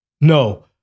no